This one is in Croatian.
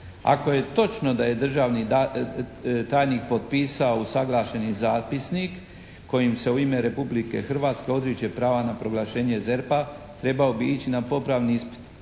ako je točno da je državni tajnik potpisao usaglašeni zapisnik kojim se u ime Republike Hrvatske odriče prava na proglašenje ZERP-a trebao bi ići na popravni ispit.